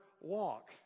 walk